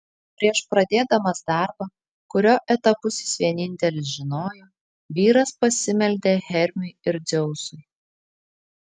prieš pradėdamas darbą kurio etapus jis vienintelis žinojo vyras pasimeldė hermiui ir dzeusui